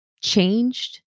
changed